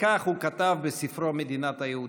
וכך הוא כתב בספרו "מדינת היהודים":